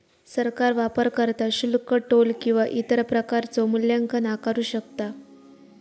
सरकार वापरकर्ता शुल्क, टोल किंवा इतर प्रकारचो मूल्यांकन आकारू शकता